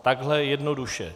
Takhle jednoduše.